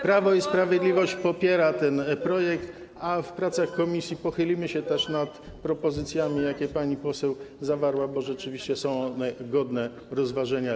Prawo i Sprawiedliwość popiera ten projekt, a w pracach w komisji pochylimy się też nad propozycjami, jakie przedstawiła pani poseł, bo rzeczywiście są one godne rozważenia.